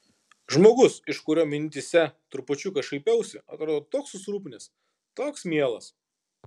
žmogus iš kurio mintyse trupučiuką šaipiausi atrodo toks susirūpinęs toks mielas